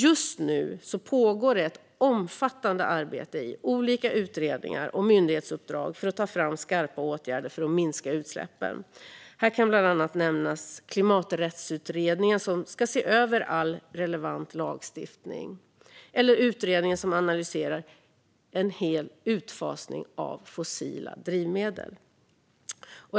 Just nu pågår ett omfattande arbete i olika utredningar och myndighetsuppdrag för att ta fram skarpa åtgärder för att minska utsläppen. Här kan bland annat Klimaträttsutredningen nämnas. Den ska se över all relevant lagstiftning. Även utredningen som analyserar en hel utfasning av fossila drivmedel kan nämnas.